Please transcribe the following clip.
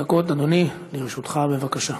שלוש דקות לרשותך, אדוני, בבקשה.